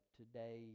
today